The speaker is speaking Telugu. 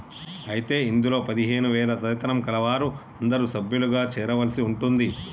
అయితే ఇందులో పదిహేను వేల వేతనం కలవారు అందరూ సభ్యులుగా చేరవలసి ఉంటుంది